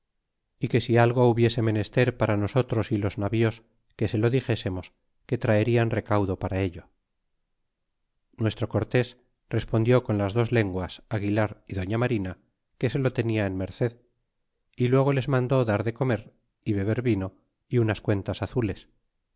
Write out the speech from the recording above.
é que si algo hubiese menester para nosotros y los navíos que se lo dixésemos que traerian recaudo para ello y nuestio cortés respondió con las dos lenguas aguilar y doña marina que se lo tenia en merced y luego les mandó dar de comer y beber vino y unas cuentas azules